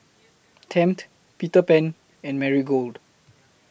Tempt Peter Pan and Marigold